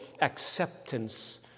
acceptance